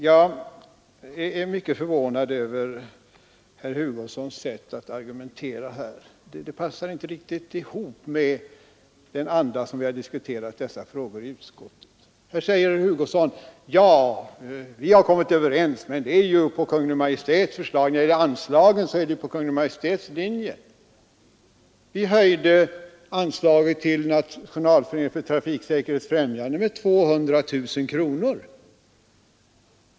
Jag är mycket förvånad över herr Hugossons sätt att argumentera här. Det passar inte riktigt ihop med den anda, i vilken dessa frågor diskuterades i utskottet. Här säger herr Hugosson att vi visserligen kommit överens men att det är om Kungl. Maj:ts förslag. När det gäller anslagen har vi följt Kungl. Maj:ts linje, säger herr Hugosson. Vi höjde anslaget till Nationalföreningen för trafiksäkerhetens främjande med 200 000 kronor.